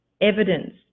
evidence